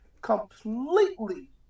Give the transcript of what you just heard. completely